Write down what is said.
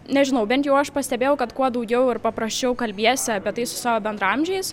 nežinau bent jau aš pastebėjau kad kuo daugiau ir paprasčiau kalbiesi apie tai su savo bendraamžiais